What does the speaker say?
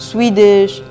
Swedish